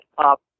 up